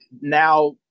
now